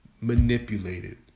manipulated